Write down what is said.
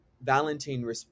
Valentine